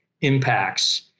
impacts